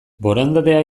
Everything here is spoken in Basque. borondatea